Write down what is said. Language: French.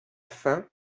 fin